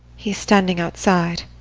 he is standing outside.